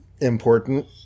important